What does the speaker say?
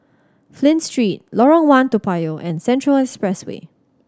Flint Street Lorong One Toa Payoh and Central Expressway